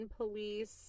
police